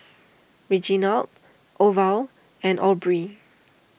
Reginald Orville and Aubrie